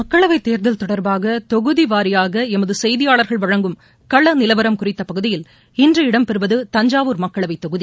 மக்களவைத் தேர்தல் தொடர்பாக தொகுதி வாரியாக எமது செய்தியாளர்கள் வழங்கும் கள நிலவரம் குறித்த பகுதியில் இன்று இடம்பெறுவது தஞ்சாவூர் மக்களவைத் தொகுதி